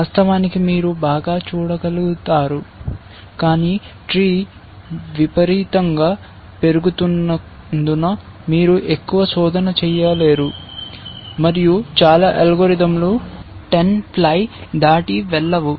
వాస్తవానికి మీరు బాగా చూడగలుగుతారు కాని ట్రీ విపరీతంగా పెరుగుతున్నందున మీరు ఎక్కువ శోధన చేయలేరు మరియు చాలా అల్గోరిథంలు 10 ply దాటి వెళ్ళవు